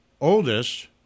oldest